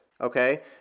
Okay